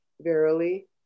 Verily